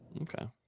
Okay